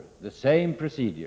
The same procedure.